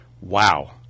wow